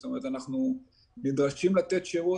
זאת אומרת אנחנו נדרשים לתת שירות,